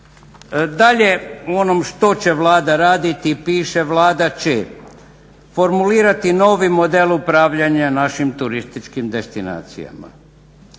Dalje u onom što će Vlada raditi piše Vlada će formulirati novi model upravljanja našim turističkim destinacijama,